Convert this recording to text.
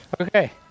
Okay